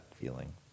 feeling